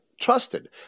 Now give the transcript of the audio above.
trusted